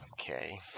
okay